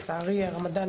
לצערי הרמדאן